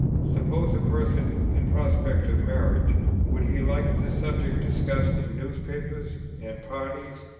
suppose a person in prospect of marriage would he like the subject discussed in newspapers, and parties,